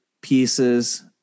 pieces